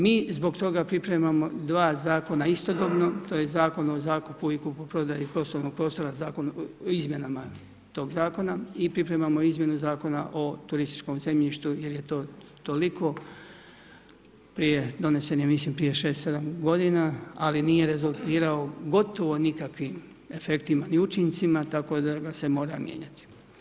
Mi zbog toga pripremamo dva zakona istodobno, to je Zakon o zakupu i kupoprodaji poslovnih prostora izmjenama tog zakona i pripremama izmjenu Zakona o turističkom zemljištu jer je to toliko, donesen je mislim prije 6, 7 godina ali nije rezultirao gotovo nikakvim efektima ni učincima tako da ga se mora mijenjati.